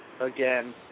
again